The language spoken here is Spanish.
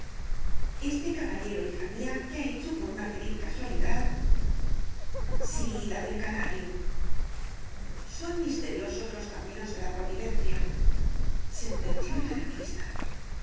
este caballero hija mía que ha hecho por una feliz casualidad sí la del canario son misteriosos los caminos de la providencia sentenció el anarquista